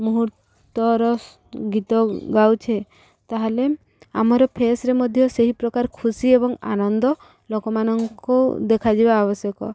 ମୁହୂର୍ତ୍ତର ଗୀତ ଗାଉଛେ ତାହେଲେ ଆମର ଫେସ୍ରେ ମଧ୍ୟ ସେହି ପ୍ରକାର ଖୁସି ଏବଂ ଆନନ୍ଦ ଲୋକମାନଙ୍କୁ ଦେଖାଯିବା ଆବଶ୍ୟକ